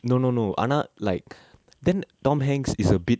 no no no ஆனா:aana like then tom hanks is a bit